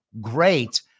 great